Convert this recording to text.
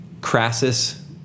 Crassus